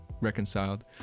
reconciled